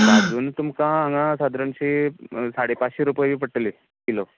भाजून तुमका हांगा सादरणशी साडे पाचशें रूपया पडटली किलो